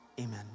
Amen